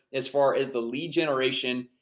as far as the lead generation.